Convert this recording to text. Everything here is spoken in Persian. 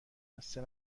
خسته